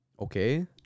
Okay